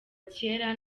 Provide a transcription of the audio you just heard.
kera